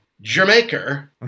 Jamaica